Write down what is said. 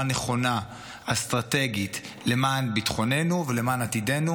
נכונה אסטרטגית למען ביטחוננו ולמען עתידנו,